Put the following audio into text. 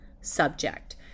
subject